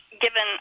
given